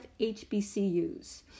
HBCUs